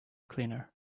cleaner